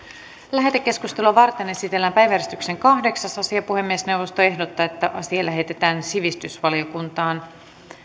lähetekeskustelua varten esitellään päiväjärjestyksen kahdeksas asia puhemiesneuvosto ehdottaa että asia lähetetään sivistysvaliokuntaan